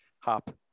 hop